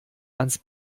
ans